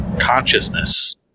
consciousness